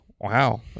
wow